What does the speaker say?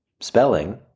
Spelling